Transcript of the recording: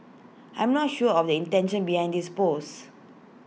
I'm not sure of the intention behind this post